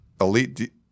elite